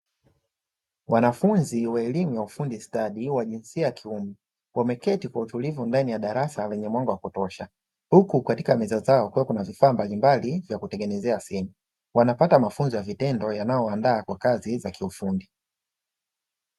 Wanafunzi wa elimu ya ufundi stadi wa jinsia ya kiume, wameketi kwa utulivu ndani ya darasa lenye mwanga wa kutosha, huku katika meza zao kukiwa na vifaa mbalimbali vya kutengenezea simu. Wanapata mafunzo ya vitendo yanayowandaa kwa kazi za kiufundi.